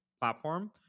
platform